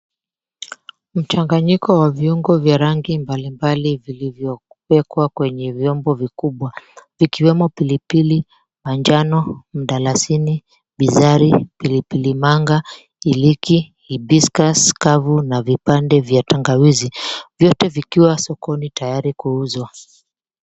Mchanganyiko wa viungo vya rangi mbali mbali vilivyowekwa kwenye vyombo vikubwa vikiwemo pilipili manjano , mdalasini, bizari, pilipili manga, iliki, hibiscus kavu na vipande vya tangawizi, vyote vikiwa sokoni tayari kuuzwa.